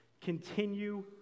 Continue